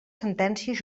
sentències